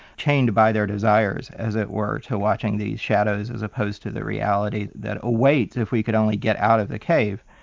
chained by their desires as it were, to watching these shadows as opposed to the reality that awaits, if we could only get out of the cave.